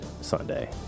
Sunday